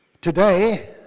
today